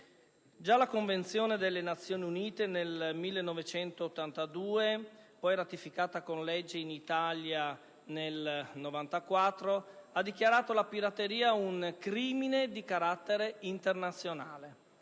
Già la Convenzione delle Nazioni Unite del 1982, ratificata dall'Italia nel 1994, dichiarò la pirateria un crimine di carattere internazionale.